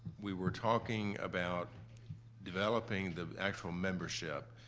we were talking about developing the actual membership